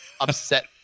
upset